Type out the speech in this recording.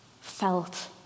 felt